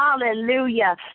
hallelujah